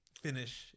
finish